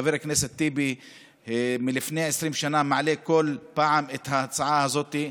חבר הכנסת טיבי כבר 20 שנה מעלה כל פעם את ההצעה הזאת.